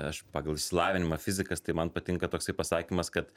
aš pagal išsilavinimą fizikas tai man patinka toksai pasakymas kad